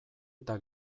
eta